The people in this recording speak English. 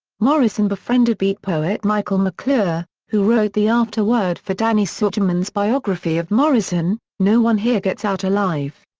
morrison befriended beat poet michael mcclure, who wrote the afterword for danny sugerman's biography of morrison, no one here gets out alive.